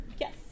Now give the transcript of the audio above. Yes